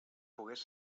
pogués